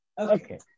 Okay